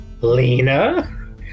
Lena